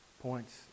points